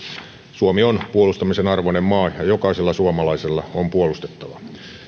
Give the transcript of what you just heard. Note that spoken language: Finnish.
suomi on puolustamisen arvoinen maa ja jokaisella suomalaisella on puolustettavaa